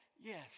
yes